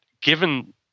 given